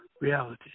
reality